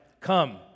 come